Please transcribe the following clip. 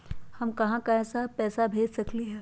हम कहां कहां पैसा भेज सकली ह?